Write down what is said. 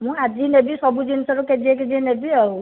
ମୁଁ ଆଜି ନେବି ସବୁ ଜିନିଷରୁ କେଜିଏ କେଜିଏ ନେବି ଆଉ